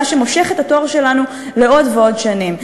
מה שמושך את התואר שלנו עוד ועוד שנים.